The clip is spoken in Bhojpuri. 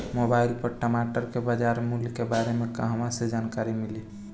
मोबाइल पर टमाटर के बजार मूल्य के बारे मे कहवा से जानकारी मिली?